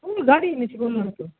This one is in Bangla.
আমি গাড়ি এনেছি বললাম তো